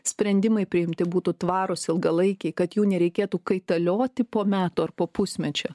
sprendimai priimti būtų tvarūs ilgalaikiai kad jų nereikėtų kaitalioti po metų ar po pusmečio